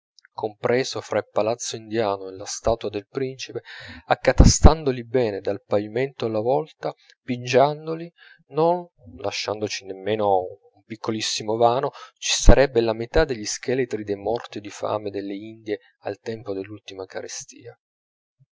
compreso fra il palazzo indiano e la statua del principe accatastandoli bene dal pavimento alla volta pigiandoli non lasciandoci nemmeno un piccolissimo vano ci starebbe la metà degli scheletri dei morti di fame nelle indie al tempo dell'ultima carestia